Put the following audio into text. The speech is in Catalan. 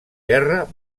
guerra